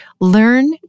learn